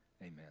amen